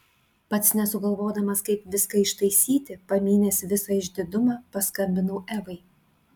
pats nesugalvodamas kaip viską ištaisyti pamynęs visą išdidumą paskambinau evai